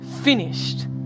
finished